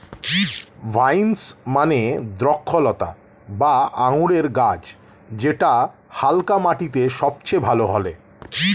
vines মানে দ্রক্ষলতা বা আঙুরের গাছ যেটা হালকা মাটিতে সবচেয়ে ভালো ফলে